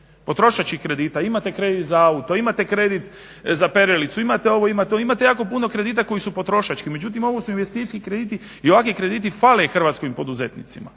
Potrošačkih kredita. Imate kredit za auto, imate kredit za perilicu, imate ovo, imate ono. Imate jako puno kredita koji su potrošački međutim ovo su investicijski krediti i ovakvi krediti fale hrvatskim poduzetnicima.